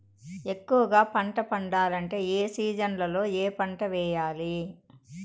ఎక్కువగా పంట పండాలంటే ఏ సీజన్లలో ఏ పంట వేయాలి